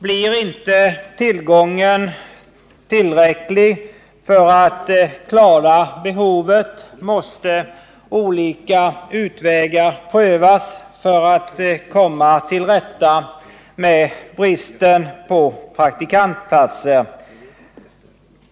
Blir inte tillgången tillräcklig för att klara behovet, måste olika utvägar prövas för att komma till rätta med bristen på praktikantplatser.